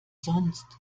sonst